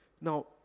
Now